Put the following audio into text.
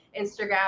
Instagram